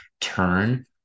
turn